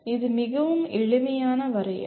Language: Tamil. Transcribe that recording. இது மிகவும் எளிமையான வரையறை